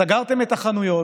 סגרתם את החנויות,